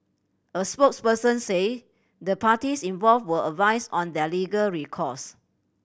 a spokesperson say the parties involved were advised on their legal recourse